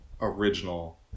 original